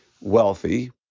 wealthy